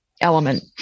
Element